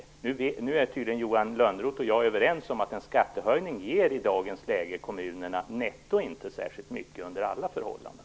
Nu är Johan Lönnroth och jag tydligen överens om att en skattehöjning i dagens läge inte ger kommunerna särskilt mycket netto under alla förhållanden.